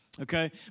okay